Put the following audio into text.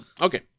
Okay